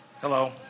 Hello